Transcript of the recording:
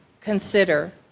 consider